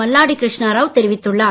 மல்லாடி கிருஷ்ணாராவ் தெரிவித்துள்ளார்